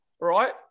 right